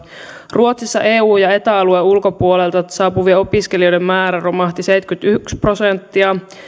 ruotsissa eu ja eta alueen ulkopuolelta saapuvien opiskelijoiden määrä romahti seitsemänkymmentäyksi prosenttia